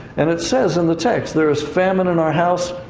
and it says in the text, there is famine in our house.